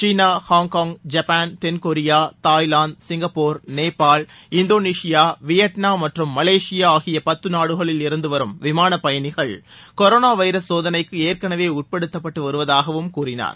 சீனா Hong Kong Japan தென்கொரியா Thailand Singapore Nepal Indonesia Vietnam மற்றும் Malaysia ஆகிய பத்து நாடுகளில் இருந்து வரும் விமானப்பயணிகள் கொரோனா வைரஸ் சோதனைக்கு ஏற்கெனவே உட்படுத்தப்பட்டு வருவதாகவும் அவர் கூறினார்